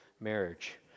marriage